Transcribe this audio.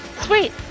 Sweet